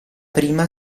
prima